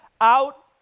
out